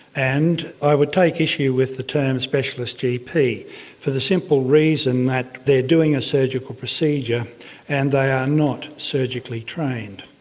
and i would take issue with the term specialist gp for the simple reason that they are doing a surgical procedure and they are not surgically trained.